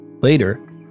Later